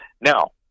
Now